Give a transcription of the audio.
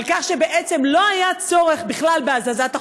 על כך שבעצם לא היה צורך בכלל בהזזת החופשה,